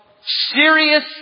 serious